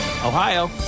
Ohio